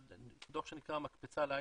דו"ח שנקרא 'מקפצה להייטק'